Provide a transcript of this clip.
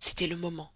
c'était le moment